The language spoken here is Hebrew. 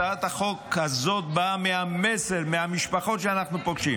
הצעת החוק הזאת באה מהמסר של המשפחות שאנחנו פוגשים,